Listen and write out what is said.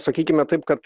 sakykime taip kad